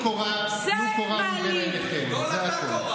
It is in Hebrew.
טלו קורה מבין עיניכם, זה הכול.